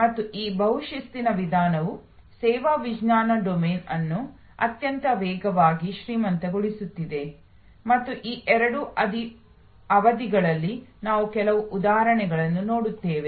ಮತ್ತು ಈ ಬಹು ಶಿಸ್ತಿನ ವಿಧಾನವು ಸೇವಾ ವಿಜ್ಞಾನ ಡೊಮೇನ್ ಅನ್ನು ಅತ್ಯಂತ ವೇಗವಾಗಿ ಶ್ರೀಮಂತಗೊಳಿಸುತ್ತಿದೆ ಮತ್ತು ಈ ಎರಡು ಅವಧಿಗಳಲ್ಲಿ ನಾವು ಕೆಲವು ಉದಾಹರಣೆಗಳನ್ನು ನೋಡುತ್ತೇವೆ